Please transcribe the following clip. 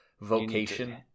vocation